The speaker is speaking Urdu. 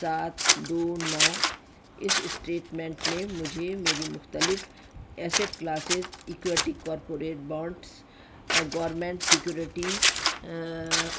سات دو نو اس اسٹیٹمنٹ میں مجھے میری مختلف asset classes equity corporate bonds government security